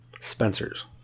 spencer's